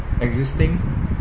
existing